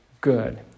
good